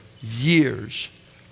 years